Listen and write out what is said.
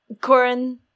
Corin